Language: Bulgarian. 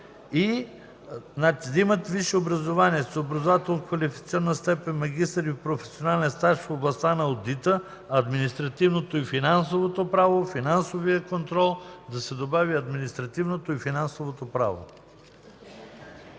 „има висше образование с образователно-квалификационна степен „магистър“ и професионален стаж в областта на одита, административното и финансовото право, финансовия контрол...“. Добавя се „административното и финансовото право“.